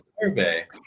survey